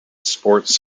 sports